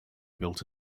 built